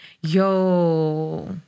Yo